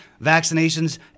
vaccinations